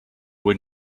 when